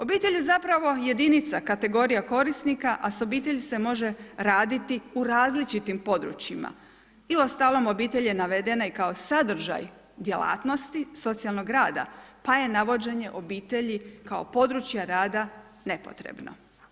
Obitelj je zapravo jedinica, kategorija korisnika a sa obitelji se može raditi u različitim područjima i uostalom obitelj je navedena i kao sadržaj djelatnosti socijalnog rada pa je navođenje obitelji kao područja rada nepotrebno.